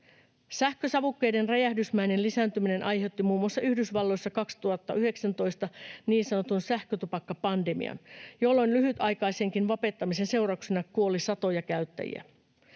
Sähkösavukkeiden räjähdysmäinen lisääntyminen aiheutti muun muassa Yhdysvalloissa 2019 niin sanotun sähkötupakkapandemian, jolloin lyhytaikaisenkin vapettamisen seurauksena kuoli satoja käyttäjiä.